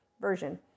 version